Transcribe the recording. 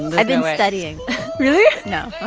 i've been studying really? no